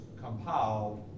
compiled